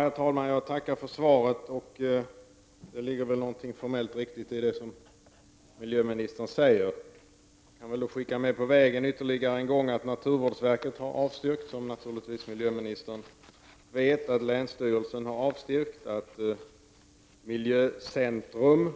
Herr talman! Jag tackar för svaret, och det ligger väl någonting formellt riktigt i det som miljöministern säger. Låt mig skicka med på vägen ytterligare en gång att naturvårdsverket, som miljöministern naturligtvis vet, har avstyrkt, att också länsstyrelsen har avstyrkt, att Miljöcentrum